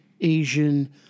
Asian